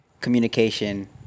communication